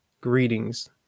greetings